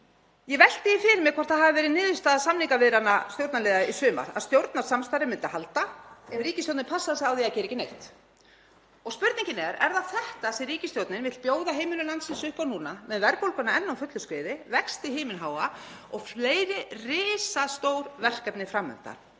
Ég velti því fyrir mér hvort það hafi verið niðurstaða samningaviðræðna stjórnarliða í sumar að stjórnarsamstarfið myndi halda ef ríkisstjórnin passaði sig á því að gera ekki neitt. Og spurningin er: Er það þetta sem ríkisstjórnin vill bjóða heimilum landsins upp á núna, með verðbólguna enn á fullu skriði, vexti himinháa og fleiri risastór verkefni fram undan?